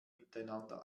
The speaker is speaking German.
miteinander